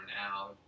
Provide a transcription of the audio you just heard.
now